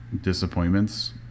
disappointments